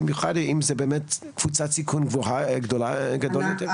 במיוחד אם זו קבוצת סיכון גדולה יותר.